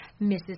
Mrs